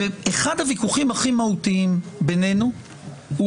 אחד הוויכוחים הכי מהותיים בינינו הוא